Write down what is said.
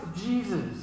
Jesus